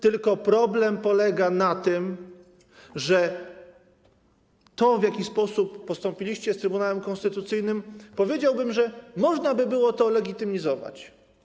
Tylko problem polega na tym, że to, w jaki sposób postąpiliście z Trybunałem Konstytucyjnym, powiedziałbym, że można by było legitymizować.